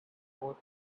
more